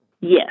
Yes